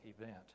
event